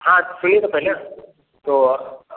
हाँ सुनिए तो पहले तो